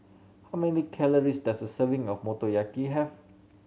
how many calories does a serving of Motoyaki have